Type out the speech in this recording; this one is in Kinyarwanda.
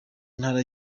ntara